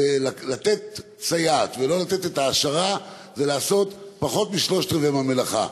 לתת סייעת ולא לתת את ההעשרה זה לעשות פחות משלושת-רבעי המלאכה.